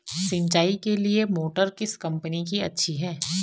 सिंचाई के लिए मोटर किस कंपनी की अच्छी है?